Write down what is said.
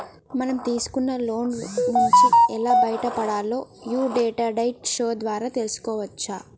మనం తీసుకున్న లోన్ల నుంచి ఎలా బయటపడాలో యీ డెట్ డైట్ షో ద్వారా తెల్సుకోవచ్చు